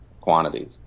quantities